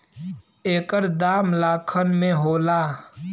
एकर दाम लाखन में होला